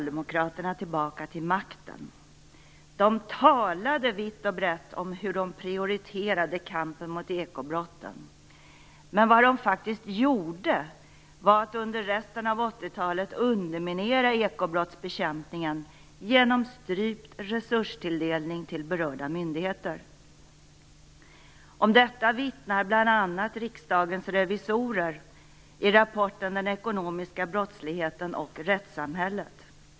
De talade vitt och brett om hur de prioriterade kampen mot ekobrotten, men vad de faktiskt gjorde, var att under resten av 80-talet underminera ekobrottsbekämpningen genom strypt resurstilldelning till berörda myndigheter. Om detta vittnar bl.a. Riksdagens revisorer i rapporten Den ekonomiska brottsligheten och rättssamhället.